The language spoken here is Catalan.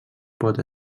pot